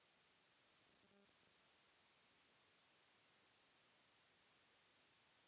दूध में तनके जोरन डाल देले पर दही जम जाला